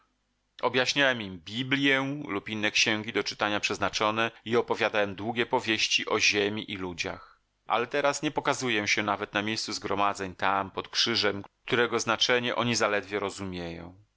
biblję lub inne księgi do czytania przeznaczone i opowiadałem długie powieści o ziemi i ludziach ale teraz nie pokazuję się nawet na miejscu zgromadzeń tam pod krzyżem którego znaczenie oni zaledwie rozumieją